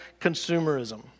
consumerism